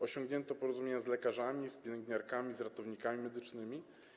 Osiągnięto porozumienia z lekarzami, z pielęgniarkami, z ratownikami medycznymi.